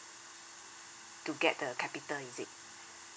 to get the capital is it